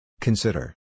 Consider